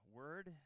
word